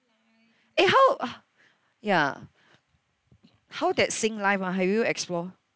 eh how a~ ya how that Singlife ah have you explore